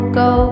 go